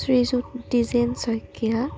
Srijut Dijen Saikia